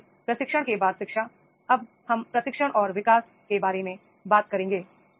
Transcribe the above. इसलिए प्रशिक्षण के बाद शिक्षा अब हम प्रशिक्षण और विकास के बारे में बात करेंगे